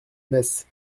metz